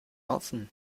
offen